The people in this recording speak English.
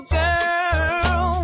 girl